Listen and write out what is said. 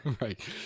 Right